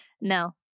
No